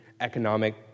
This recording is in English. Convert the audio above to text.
economic